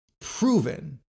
proven